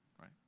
right